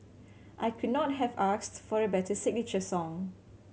I could not have asked for a better signature song